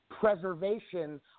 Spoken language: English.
preservation